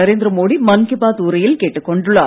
நரேந்திர மோடி மன் கி பாத் உரையில் கேட்டுக் கொண்டுள்ளார்